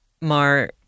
Mar